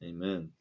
Amen